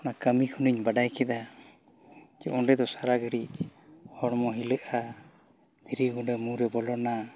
ᱚᱱᱟ ᱠᱟᱹᱢᱤ ᱠᱷᱚᱱᱤᱧ ᱵᱟᱰᱟᱭ ᱠᱮᱫᱟ ᱡᱮ ᱚᱸᱰᱮ ᱫᱚ ᱥᱟᱨᱟ ᱜᱷᱟᱹᱲᱤᱡ ᱦᱚᱲᱢᱚ ᱦᱤᱞᱟᱹᱜᱼᱟ ᱫᱷᱤᱨᱤ ᱜᱩᱰᱟᱹ ᱢᱩᱨᱮ ᱵᱚᱞᱚᱱᱟ